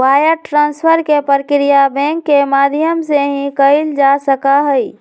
wire transfer के प्रक्रिया bank के माध्यम से ही कइल जा सका हई